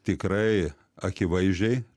tikrai akivaizdžiai